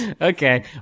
Okay